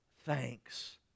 thanks